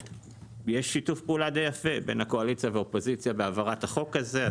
יש שיתוף פעולה די יפה בין הקואליציה והאופוזיציה בהעברת החוק הזה.